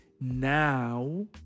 now